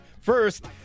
first